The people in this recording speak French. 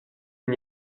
n’y